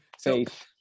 faith